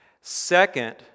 Second